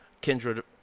kindred